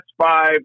five